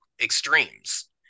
extremes